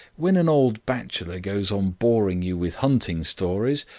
when an old bachelor goes on boring you with hunting stories,